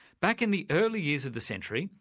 back in the early years of the century,